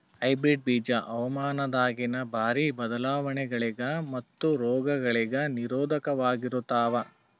hybrid ಬೀಜ ಹವಾಮಾನದಾಗಿನ ಭಾರಿ ಬದಲಾವಣೆಗಳಿಗ ಮತ್ತು ರೋಗಗಳಿಗ ನಿರೋಧಕವಾಗಿರುತ್ತವ